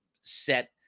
set